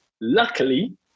Luckily